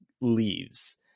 leaves